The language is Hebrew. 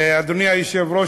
אדוני היושב-ראש,